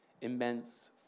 immense